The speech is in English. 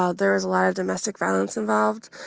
ah there was a lot of domestic violence involved.